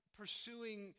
pursuing